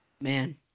man